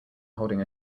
holding